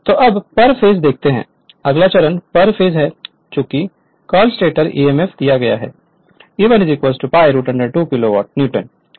Refer Slide Time 2341 तो अब पर फेस देखते हैं अगला चरण पर फेस है जो कॉल स्टेटर emf दिया गया है E1 pi 2 Kw1 N 1 f r है